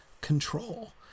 control